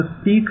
speak